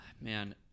man